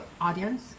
audience